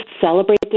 celebrate